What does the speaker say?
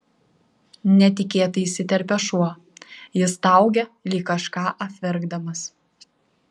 netikėtai įsiterpia šuo jis staugia lyg kažką apverkdamas